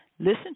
Listen